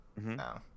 no